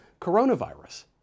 coronavirus